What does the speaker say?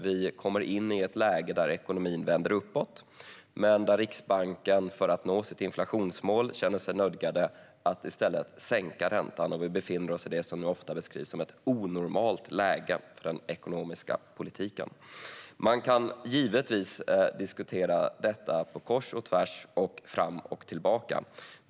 Vi kommer in i ett läge där ekonomin vänder uppåt men där Riksbanken känner sig nödgad att i stället sänka räntan för att nå sitt inflationsmål. Vi befinner oss då i det som ofta beskrivs som ett onormalt läge för den ekonomiska politiken. Man kan givetvis diskutera detta på kors och tvärs och fram och tillbaka.